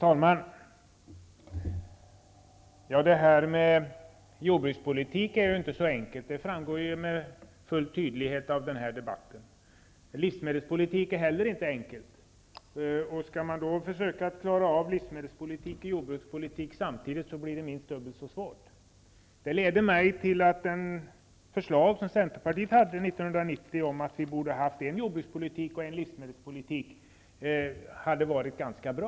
Herr talman! Jordbrukspolitik är inte så enkelt. Det framgår med all tydlighet av den här debatten. Livsmedelspolitik är heller inte enkelt. Skall man då försöka att klara av livsmedelspolitik och jordbrukspolitik samtidigt, blir det minst dubbelt så svårt. Det leder mig till att det förslag som Centerpartiet hade 1990 om att vi borde ha en jordbrukspolitik och en livsmedelspolitik var ganska bra.